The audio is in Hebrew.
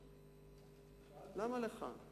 למה לך?